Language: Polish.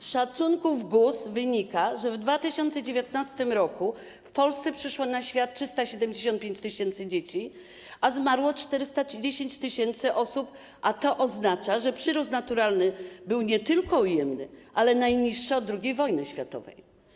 Z szacunków GUS wynika, że w 2019 r. w Polsce przyszło na świat 375 tys. dzieci, a zmarło 410 tys. osób, a to oznacza, że przyrost naturalny był nie tylko ujemny, ale najniższy od II wojny światowej.